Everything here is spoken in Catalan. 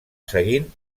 seguint